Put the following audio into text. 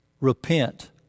repent